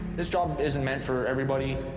this job isn't meant for everybody.